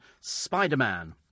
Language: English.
Spider-Man